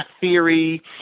theory